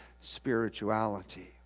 spirituality